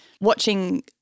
watching